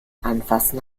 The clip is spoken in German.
anfassen